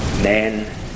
men